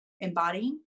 embodying